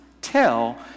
tell